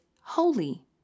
holy